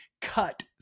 cut